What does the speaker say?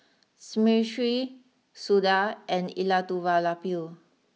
Smriti Suda and Elattuvalapil